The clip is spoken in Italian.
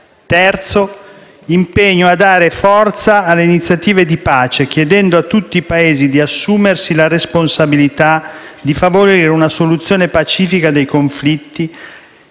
luogo, l'impegno a dare forza alle iniziative di pace, chiedendo a tutti Paesi di assumersi la responsabilità di favorire una soluzione pacifica dei conflitti,